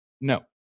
no